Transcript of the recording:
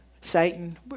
Satan